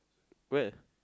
where